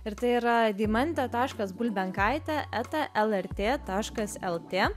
ir tai yra deimantė taškas bulbenkaitė eta lrt taškas lt